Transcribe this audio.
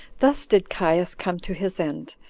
thus did caius come to his end,